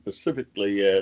specifically